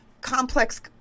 complex